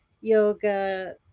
yoga